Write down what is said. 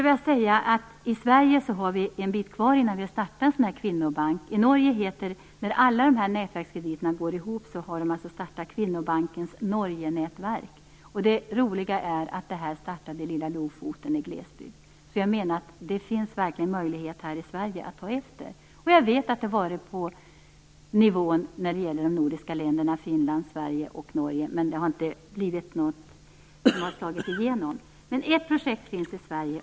I Sverige har vi en bit kvar innan vi kan starta en sådan här kvinnobank. Där alla nätverkskrediter går ihop har man i Norge startat kvinnobankens Norgenätverk. Det roliga är att det startade i lilla Lofoten i glesbygden. Jag menar att det verkligen finns möjlighet här i Sverige att ta efter. Jag vet att det har varit uppe i de nordiska länderna, i Finland, Sverige och Norge. Men det har inte slagit igenom. Det finns ett projekt i Sverige.